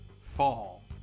Fall